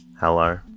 Hello